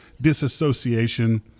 Disassociation